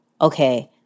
okay